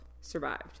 survived